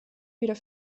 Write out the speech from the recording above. wieder